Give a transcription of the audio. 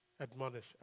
admonish